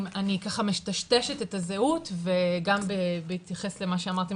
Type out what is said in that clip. אני ככה מטשטשת את הזהות וגם בהתייחס למה שאמרתם,